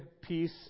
peace